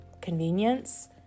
convenience